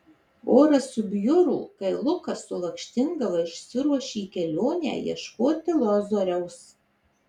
oras subjuro kai lukas su lakštingala išsiruošė į kelionę ieškoti lozoriaus